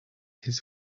his